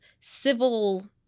civil